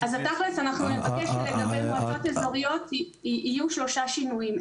אז בתכלס אנחנו נבקש שלגבי מועצות אזוריות יהיו שלושה שינויים: